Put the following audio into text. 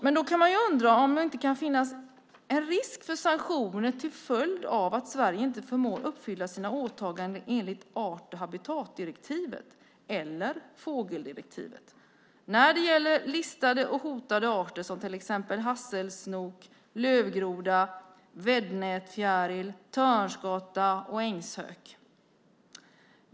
Men då kan man ju undra om det inte kan finnas en risk för sanktioner till följd av att Sverige inte förmår uppfylla sina åtaganden enligt art och habitatdirektivet eller fågeldirektivet när det gäller listade hotade arter som till exempel hasselsnok, lövgroda, väddnätfjäril, törnskata och ängshök.